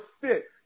fit